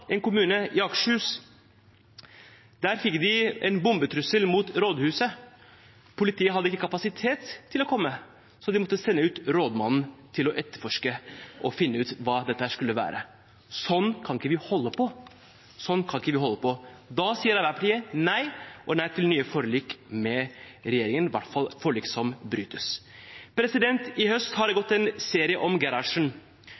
en kommune i Akershus, fikk de en bombetrussel mot rådhuset. Politiet hadde ikke kapasitet til å komme, så de måtte sende ut rådmannen for å etterforske og finne ut hva dette var. Sånn kan vi ikke holde på – og da sier Arbeiderpartiet nei til nye forlik med regjeringen, i hvert fall forlik som brytes. I høst har det